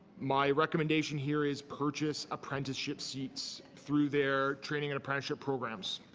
my recommendation here is purchase apprenticeship seats through their training and apprenticeship programs.